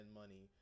money